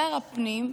שר הפנים,